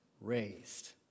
raised